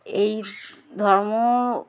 এই ধর্ম